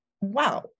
wow